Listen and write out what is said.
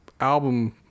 album